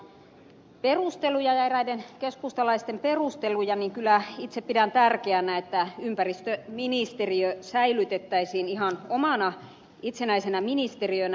rantakankaan perusteluja ja eräiden keskustalaisten perusteluja niin kyllä itse pidän tärkeänä että ympäristöministeriö säilytettäisiin ihan omana itsenäisenä ministeriönään